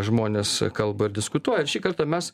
žmonės kalba ir diskutuoja šį kartą mes